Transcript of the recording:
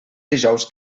dijous